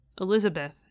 Elizabeth